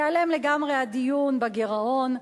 ייעלם לגמרי הדיון בגירעון,